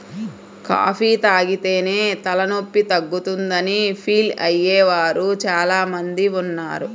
coffee తాగితేనే తలనొప్పి తగ్గుతుందని ఫీల్ అయ్యే వారు చాలా మంది ఉన్నారు